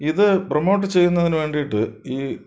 ഇത് പ്രമോട്ട് ചെയ്യുന്നതിനു വേണ്ടിയിട്ട് ഈ